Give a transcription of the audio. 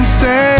say